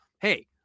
hey